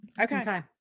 okay